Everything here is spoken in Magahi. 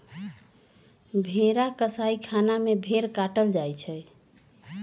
भेड़ा कसाइ खना में भेड़ काटल जाइ छइ